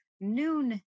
Noon